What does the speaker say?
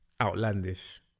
outlandish